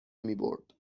میبرد